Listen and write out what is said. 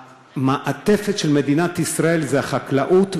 המעטפת של מדינת ישראל זו החקלאות,